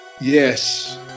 Yes